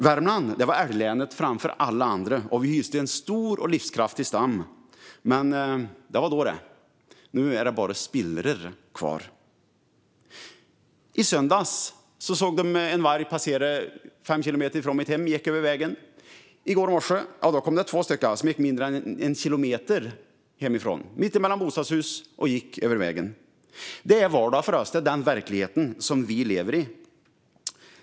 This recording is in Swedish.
Värmland var älglänet framför alla andra, och vi hyste en stor och livskraftig stam. Men det var då, det. Nu är det bara spillror kvar. I söndags sågs en varg passera fem kilometer från mitt hem, där den gick över vägen. I går morse gick två stycken mitt emellan bostadshus över vägen mindre än en kilometer hemifrån. Det är vardag för oss. Det är den verklighet vi lever i.